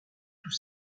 tous